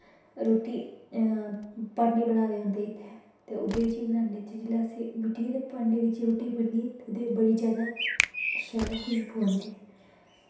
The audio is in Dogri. रुट्टी भांडे बना दे होंदे इत्थें ते ओह्दे बिच्च ई बनान्ने ते जिसलै अस मिट्टिये दे भांडे बिच्च रोटी बनै ते ओह् बड़ी जादा शैल खश्बू आंदी